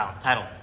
title